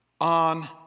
on